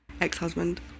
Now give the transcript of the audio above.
ex-husband